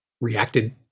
reacted